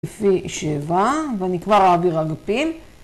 יופי שבע ואני כבר אעביר אגפים.